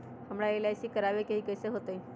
हमरा एल.आई.सी करवावे के हई कैसे होतई?